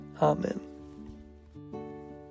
Amen